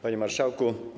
Panie Marszałku!